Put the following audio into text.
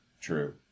True